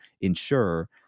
ensure